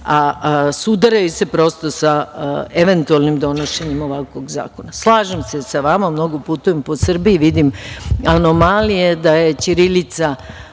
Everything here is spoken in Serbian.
a sudaraju se prosto sa eventualnim donošenjem ovakvog zakona. Slažem se sa vama, mnogo putujem po Srbiji, vidim anomalije, da je ćirilica